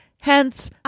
Hence